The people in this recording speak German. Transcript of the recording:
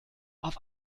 auf